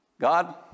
God